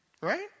right